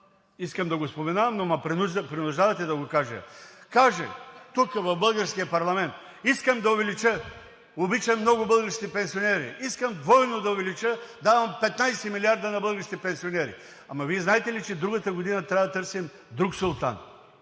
искам да го споменавам, но ме принуждавате да го кажа, каже тук, в българския парламент: „Искам да увелича, обичам много българските пенсионери, искам двойно да увелича – давам 15 милиарда на българските пенсионери!“ Ама Вие знаете ли, че другата година трябва да търсим друг султан?